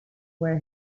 where